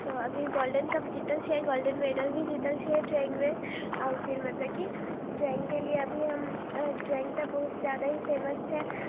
तऽ अभी golden cup जीतल छियै गोल्डन मैडल भी जीतल छियै ड्रॉइंगमे आओर फिर मतलब कि ड्रॉइंगके लिए अभी हम ड्रॉइंग तऽ बहुत ज्यादे ही फेमस छै